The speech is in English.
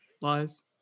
lies